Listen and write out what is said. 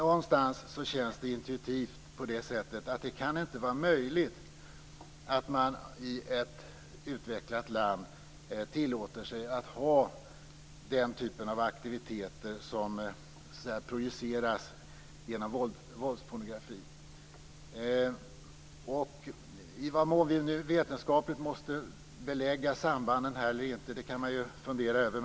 Intuitivt känns det som att det inte kan vara möjligt att man i ett utvecklat land tillåter sig att ha den typen av aktiviteter som projiceras genom våldspornografin. I vad mån vi vetenskapligt måste belägga sambanden här kan man fundera över.